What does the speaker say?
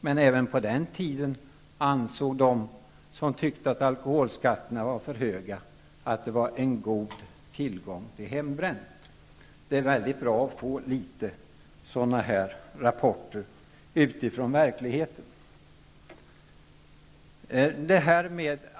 Men även på den tiden ansåg de som tyckte att alkoholskatten var för hög att det var god tillgång på hembränt. Det är mycket bra att få en del sådana rapporter utifrån verkligheten.